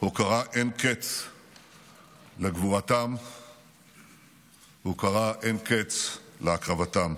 הוקרה אין קץ לגבורתם והוקרה אין קץ להקרבתם.